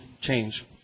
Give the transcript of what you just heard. change